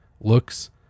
looks